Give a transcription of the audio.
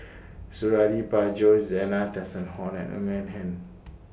Suradi Parjo Zena Tessensohn and Ng Eng Hen